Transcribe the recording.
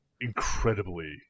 incredibly